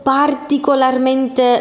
particolarmente